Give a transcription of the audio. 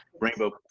Rainbow